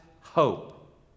hope